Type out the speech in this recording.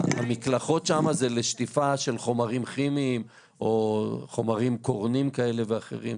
המקלחות שם זה לשטיפה של חומרים כימיים או חומרים קורנים כאלה ואחרים.